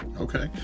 Okay